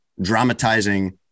dramatizing